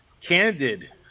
candid